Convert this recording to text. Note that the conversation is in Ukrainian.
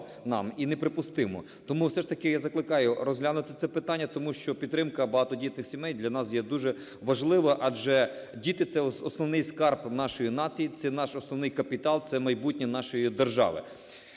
нам і неприпустимо. Тому все ж таки закликаю розглянути це питання. Тому що підтримка багатодітних сімей для нас є дуже важлива. Адже діти – це основний скарб нашої нації, це на наш основний капітал, це майбутнє нашої держави.